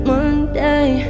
Monday